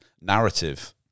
narrative